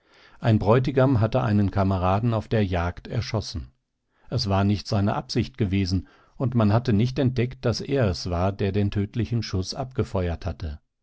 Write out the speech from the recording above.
ein bräutigam hatte einen kameraden auf der jagd erschossen es war nicht seine absicht gewesen und man hatte nicht entdeckt daß er es war der den tödlichen schuß abgefeuert hatte